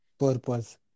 Purpose